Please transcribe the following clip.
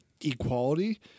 equality –